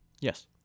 Yes